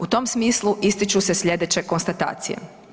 U tom smislu ističu se sljedeće konstatacije.